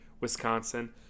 Wisconsin